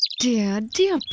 dear, dear